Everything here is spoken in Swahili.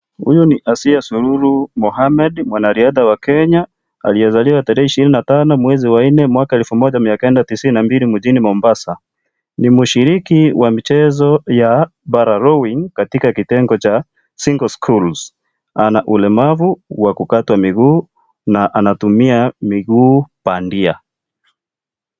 Huyu ni Asiya Sululu Mohamed, mwanariadha wa Kenya, aliyezaliwa tarehe 25, mwezi wa nne, mwaka wa 1992 mjini Mombasa. Ni mshiriki wa michezo ya para rowing katika kitengo cha single scrules . Ana ulemavu wa kukatwa miguu na anatumia miguu bandia.